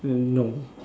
no